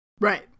right